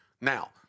Now